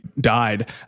died